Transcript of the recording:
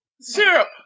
syrup